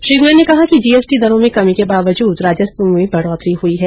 श्री गोयल ने कहा कि जीएसटी दरों में कमी के बावजूद राजस्व में बढ़ोतरी हुई है